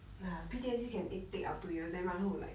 ya P_T_S_D can take up to year then 然后 like